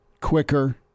quicker